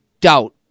doubt